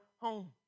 home